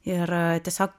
ir tiesiog